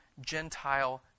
Gentile